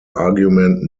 argument